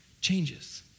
changes